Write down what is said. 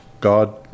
God